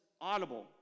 audible